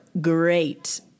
great